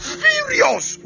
furious